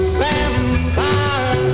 vampire